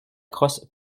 crosse